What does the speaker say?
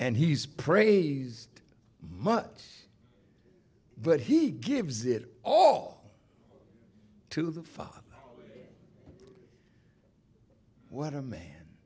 and he's praised much but he gives it all to the father what a man